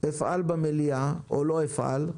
אפעל במליאה, או לא אפעל,